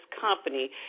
company